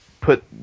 put